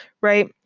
right